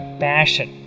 passion